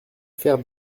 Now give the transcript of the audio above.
faire